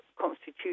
constitution